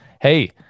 hey